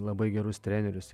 labai gerus trenerius